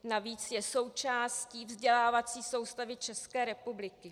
Navíc je součástí vzdělávací soustavy České republiky.